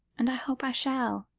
and i hope i shall.